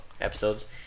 episodes